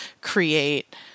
create